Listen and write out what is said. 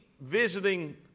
visiting